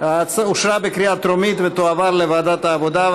אושרה בקריאה טרומית ותועבר לוועדת העבודה,